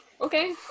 okay